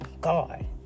God